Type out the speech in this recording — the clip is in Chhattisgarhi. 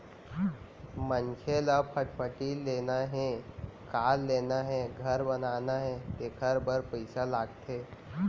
मनखे ल फटफटी लेना हे, कार लेना हे, घर बनाना हे तेखर बर पइसा लागथे